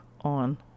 on